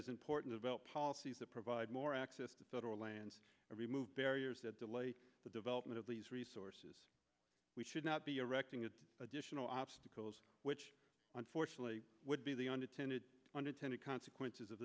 is important about policies that provide more access to federal lands and remove barriers that delay the development of these resources we should not be erecting an additional obstacles which unfortunately would be the unintended unintended consequences of